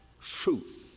truth